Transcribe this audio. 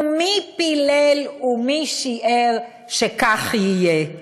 ומי פילל ומי שיער שכך יהיה?